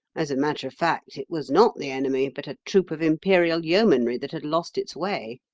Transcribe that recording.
as a matter of fact, it was not the enemy, but a troop of imperial yeomanry that had lost its way.